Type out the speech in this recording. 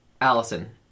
Allison